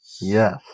Yes